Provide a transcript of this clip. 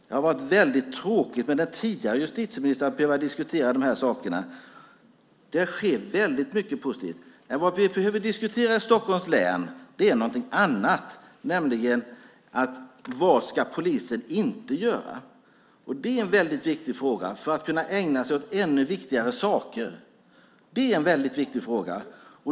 Det har varit väldigt tråkigt att behöva diskutera de här sakerna med den tidigare justitieministern. Väldigt mycket sker som är positivt. Vad vi i Stockholms län behöver diskutera är någonting annat, nämligen vad polisen inte ska göra för att kunna ägna sig åt ännu viktigare saker. Det är en väldigt viktig fråga.